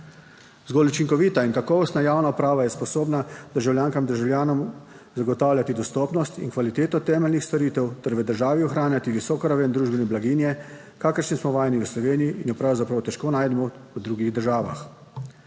Zgolj učinkovita in kakovostna javna uprava je sposobna državljankam in državljanom zagotavljati dostopnost in kvaliteto temeljnih storitev, ter v državi ohranjati visoko raven družbene blaginje, kakršnih smo vajeni v Sloveniji in jo pravzaprav težko najdemo v drugih državah.